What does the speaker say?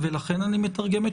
לכן, אני מתרגם.